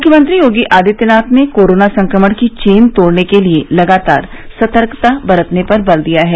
मुख्यमंत्री योगी आदित्यनाथ ने कोरोना संक्रमण की चेन तोड़ने के लिए लगातार सतर्कता बरतने पर बल दिया है